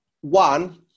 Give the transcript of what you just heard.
one